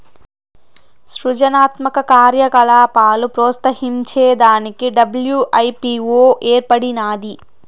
సృజనాత్మక కార్యకలాపాలు ప్రోత్సహించే దానికి డబ్ల్యూ.ఐ.పీ.వో ఏర్పడినాది